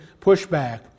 pushback